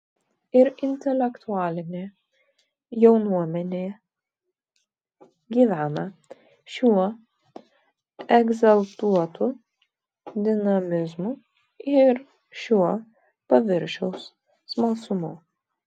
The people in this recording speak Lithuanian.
ir intelektualinė jaunuomenė gyvena šiuo egzaltuotu dinamizmu ir šiuo paviršiaus smalsumu